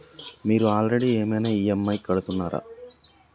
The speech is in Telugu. మీరు ఆల్రెడీ ఏమైనా ఈ.ఎమ్.ఐ కడుతున్నారా?